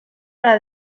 para